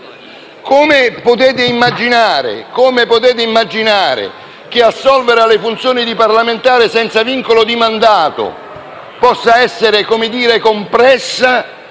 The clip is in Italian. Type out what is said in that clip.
Come potete immaginare che l'assolvimento delle funzioni di parlamentare senza vincolo di mandato possa essere compresso